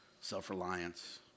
self-reliance